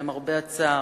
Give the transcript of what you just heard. למרבה הצער,